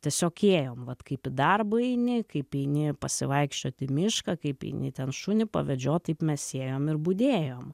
tiesiog ėjom vat kaip į darbą eini kaip eini pasivaikščiot į mišką kaip eini ten šunį pavedžiot taip mes ėjom ir budėjom